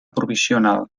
provisional